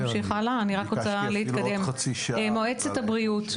השקף הבא מדבר על מועצת הבריאות.